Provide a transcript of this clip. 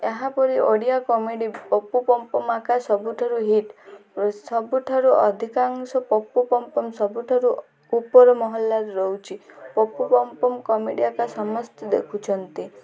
ଏହାପରି Odia comedy Papu Pam Pam ଆକା ସବୁଠାରୁ hit ସବୁଠାରୁ ଅଧିକାଂଶ ପପୁ ପମ୍ପମ୍ ସବୁଠାରୁ ଉପର ମହଲାରେ ରହୁଛି ପପୁ ପମ୍ପମ୍ କମେଡ଼ି ଏକା ସମସ୍ତେ ଦେଖୁଛନ୍ତି